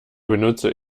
benutze